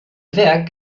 werk